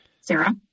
Sarah